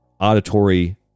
auditory